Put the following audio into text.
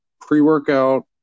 pre-workout